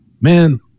Man